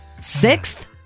Sixth